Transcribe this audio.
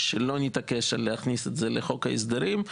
שלא נתעקש להכניס את זה לחוק ההסדרים.